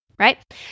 right